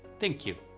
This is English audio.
thank you!